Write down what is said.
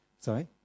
Sorry